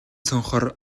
цонхоор